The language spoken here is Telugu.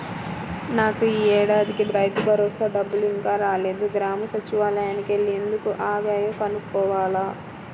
నాకు యీ ఏడాదికి రైతుభరోసా డబ్బులు ఇంకా రాలేదు, గ్రామ సచ్చివాలయానికి యెల్లి ఎందుకు ఆగాయో కనుక్కోవాల